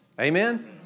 Amen